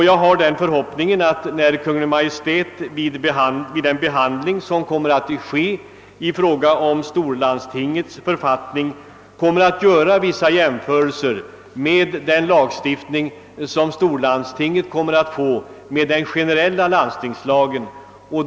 Jag har den uppfattningen att Kungl. Maj:t vid behandlingen av frågan om storlandstingets författning kommer att göra vissa jämförelser mellan den lagstiftning som skall gälla för storlandstinget och den generella landstingslagstiftningen.